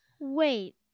Wait